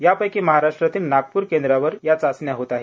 यापैकी महाराष्ट्रातील नागपूर केंद्रावर हया चाचण्या होत आहे